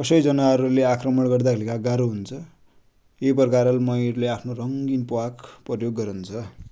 कसै जनावर ले आक्रमण गर्दा कि लेखा गारो हुन्छ । यै प्रकार ले मयुर ले आफ्नो प्वाख प्रयोग गरन्छ ।